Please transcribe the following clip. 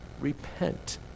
repent